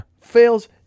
Fails